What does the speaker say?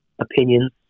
opinions